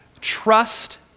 Trust